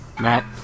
Matt